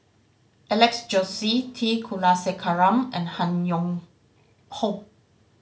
Alex Josey T Kulasekaram and Han Yong Hong